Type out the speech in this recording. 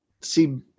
see